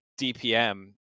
DPM